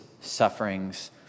sufferings